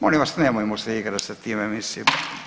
Molim vas, nemojmo se igrat sa time, mislim.